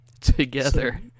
Together